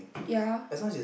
ya